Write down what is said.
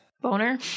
Boner